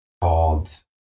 called